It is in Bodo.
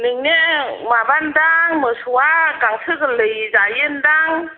नोंनिया माबादां मोसौआ गांसो गोरलै जायोदां